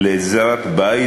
לעזרת בית,